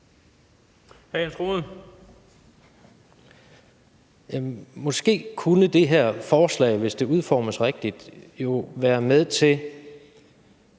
Jamen måske kunne det her forslag, hvis det udformes rigtigt, være med til